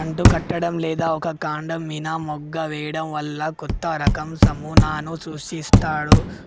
అంటుకట్టడం లేదా ఒక కాండం మీన మొగ్గ వేయడం వల్ల కొత్తరకం నమూనాను